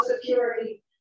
security